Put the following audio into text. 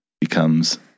becomes